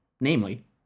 namely